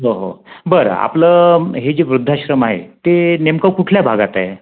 हो हो बरं आपलं हे जे वृद्धाश्रम आहे ते नेमकं कुठल्या भागात आहे